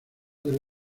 del